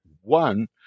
one